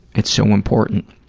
it's so important.